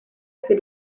für